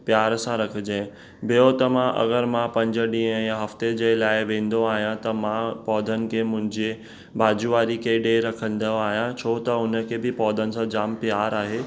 प्यार सां रखिजांइ ॿियो त मां अगरि मां पंज ॾींहं या हफ़्ते जे लाइ वेंदो आहियां त मां पौधनि खे मुंहिंजे बाजू वारी खे ॾेई रखंदो आहियां छो त हुन खे बि पौधनि सां जामु प्यार आहे